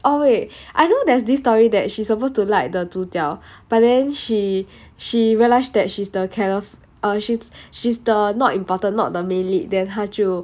oh wait I know there's this story that she's supposed to like the 主角 but then she she realized that she's the err she's she's the not important not the main lead then 她就